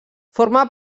forma